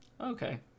okay